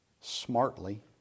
smartly